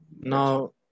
now